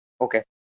Okay